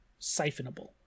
siphonable